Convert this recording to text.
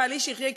בעלי שיחיה,